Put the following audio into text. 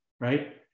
right